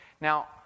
Now